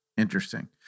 interesting